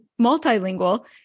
multilingual